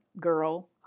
girl